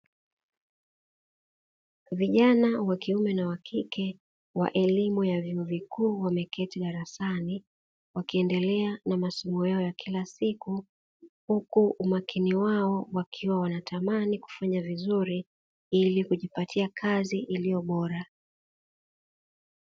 Vijana wakiume na wakike wa elimu ya vyuo vikuu wameketi darasani wakiendelea na masomo yao ya kila siku, huku umakini wao wakiwa wanatamani kufanya vizuri ili kujipatia kazi iliyo bora.